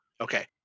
Okay